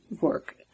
work